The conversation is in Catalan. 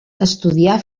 estudià